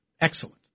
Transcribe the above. excellent